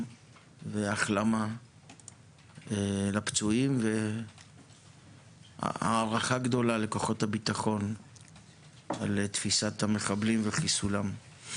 והחלמה לפצועים והערכה גדולה לכוחות הביטחון על תפיסת המחבלים וחיסולם.